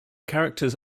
characters